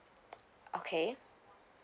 okay